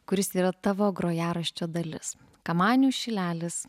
kuris yra tavo grojaraščio dalis kamanių šilelis